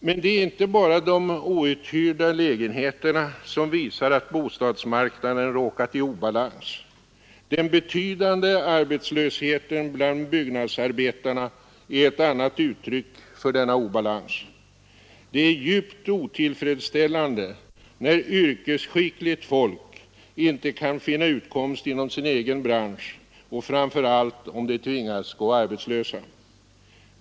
Men det är inte bara de outhyrda lägenheterna som visar att bostadsmarknaden råkat i obalans. Den betydande arbetslösheten bland byggnadsarbetarna är ett annat uttryck för denna obalans. Det är djupt otillfredsställande när yrkesskickligt folk inte kan finna utkomst inom sin egen bransch och framför allt om de tvingas gå arbetslösa.